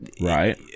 Right